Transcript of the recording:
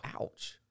Ouch